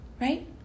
Right